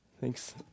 Thanks